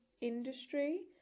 industry